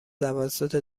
توسط